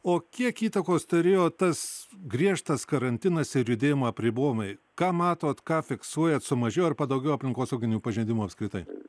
o kiek įtakos turėjo tas griežtas karantinas ir judėjimo apribojimai ką matot ką fiksuojat sumažėjo ar padaugėjo aplinkosauginių pažeidimų apskritai